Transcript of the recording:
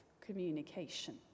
communication